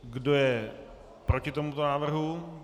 Kdo je proti tomuto návrhu?